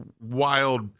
wild